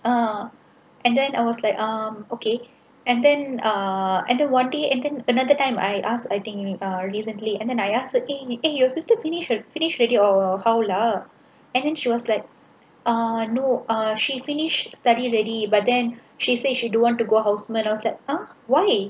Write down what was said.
uh and then I was like um okay and then uh and then one day and then another time I asked I think uh recently and then I ask her eh eh your sister finish finish already or how lah and then she was like eh no eh she finish study already but then she say she don't want to go houseman I was like !huh! why